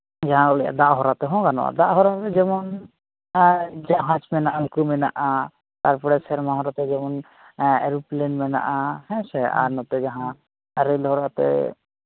ᱡᱟᱦᱟᱸ ᱠᱚ ᱞᱟᱹᱭᱮᱫ ᱫᱟᱜ ᱦᱚᱨ ᱛᱮᱦᱚᱸ ᱜᱟᱱᱚᱜᱼᱟ ᱫᱟᱜ ᱦᱚᱨᱛᱮ ᱡᱮᱢᱚᱱ ᱡᱟᱦᱟᱡᱽ ᱢᱮᱱᱟᱜᱼᱟ ᱞᱟᱹᱣᱠᱟᱹ ᱢᱮᱱᱟᱜᱼᱟ ᱛᱟᱨᱯᱚᱨᱮ ᱥᱮᱨᱢᱟ ᱦᱚᱨᱛᱮ ᱡᱮᱢᱚᱱ ᱮᱨᱚᱯᱞᱮᱱ ᱢᱮᱱᱟᱜᱼᱟ ᱟᱨ ᱱᱚᱛᱮ ᱡᱟᱦᱟᱸ ᱟᱨ ᱨᱮᱹᱞ ᱦᱚᱨᱛᱮ